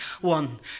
One